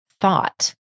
thought